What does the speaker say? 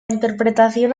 interpretación